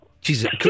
Jesus